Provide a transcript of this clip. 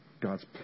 God's